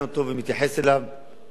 כאילו הוא באמת חוק-יסוד לכל דבר.